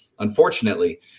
unfortunately